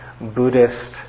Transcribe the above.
Buddhist